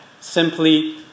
Simply